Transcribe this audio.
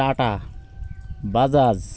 Tata Bajaj